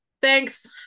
thanks